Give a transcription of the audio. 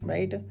Right